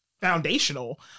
foundational